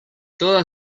toda